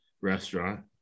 restaurant